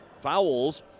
fouls